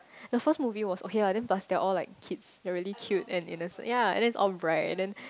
the first movie was okay lah then plus they're all like kids they're really like cute and innocent ya and then it's all bright and then